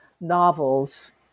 novels